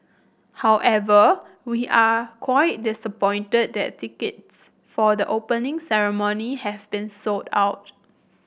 however we are quite disappointed that tickets for the Opening Ceremony have been sold out